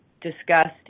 discussed